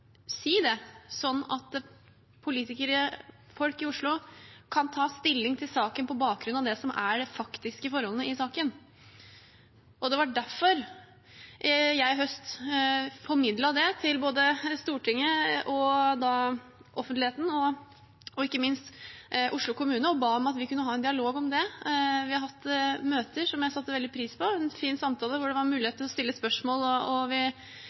si det, sånn at politikere og folk i Oslo kan ta stilling til saken på bakgrunn av det som er de faktiske forholdene i saken. Det var derfor jeg i høst formidlet det til både Stortinget, offentligheten og ikke minst Oslo kommune og ba om at vi kunne ha en dialog om det. Vi har hatt møter som jeg satte veldig pris på – en fin samtale hvor det var mulighet til å stille spørsmål, og